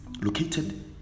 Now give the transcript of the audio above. located